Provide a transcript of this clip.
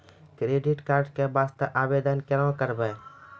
Credit card के वास्ते आवेदन केना करबै?